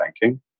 banking